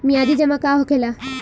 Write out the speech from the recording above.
मियादी जमा का होखेला?